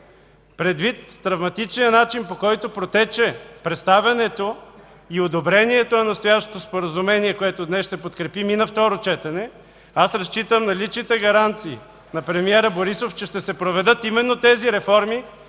Предвид травматичния начин, по който протече представянето и одобрението на настоящото споразумение, което днес ще подкрепим и на второ четене, аз разчитам на личните гаранции на премиера Борисов, че ще се проведат именно тези реформи,